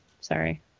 Sorry